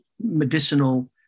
medicinal